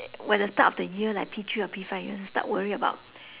when the start of the year like P three or P five you have to start worry about